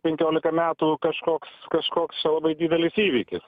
penkiolika metų kažkoks kažkoks čia labai didelis įvykis